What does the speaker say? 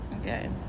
Okay